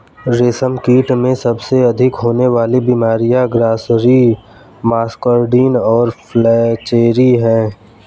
रेशमकीट में सबसे अधिक होने वाली बीमारियां ग्रासरी, मस्कार्डिन और फ्लैचेरी हैं